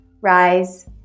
rise